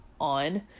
on